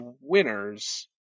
winners